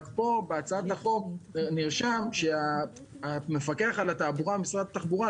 בהצעת החוק נרשם שהמפקח על התעבורה במשרד התחבורה,